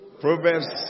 Proverbs